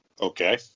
Okay